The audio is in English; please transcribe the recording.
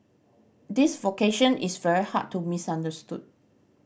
this vocation is very hard to misunderstood